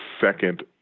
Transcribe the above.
second